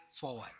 forward